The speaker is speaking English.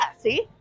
see